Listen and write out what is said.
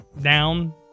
Down